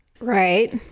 Right